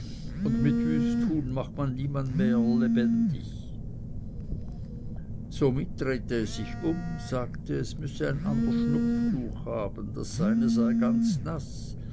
und mit wüsttun macht man niemand wieder lebendig somit drehte es sich um sagte es müsse ein ander schnupftuch haben das seine sei ganz naß